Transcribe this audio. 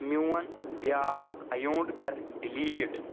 میون بیٛاکھ ایونٛٹ کَر ڈِلیٖٹ